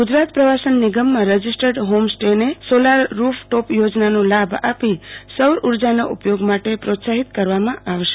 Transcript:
ગુજરાત પ્રવાસન નિગમમાં registered home સ્ટેને સોલાર રૂફ ટોપ યોજનાનો લાભ આપી સૌર ઉર્જાના ઉપયોગ માટે પ્રોત્સાહિત કરવામાં આવશે